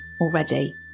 already